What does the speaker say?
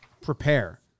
prepare